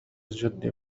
جدي